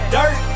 Dirt